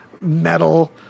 metal